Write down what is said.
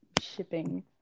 shipping